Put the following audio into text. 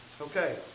Okay